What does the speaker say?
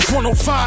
105